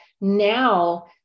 now